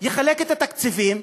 יחלק את התקציבים,